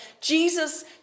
Jesus